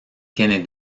tiene